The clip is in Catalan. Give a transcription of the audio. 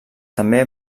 també